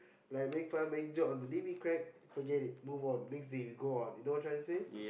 like make fun make joke on the day we crack forget it move on next day we go on you know what I'm trying to say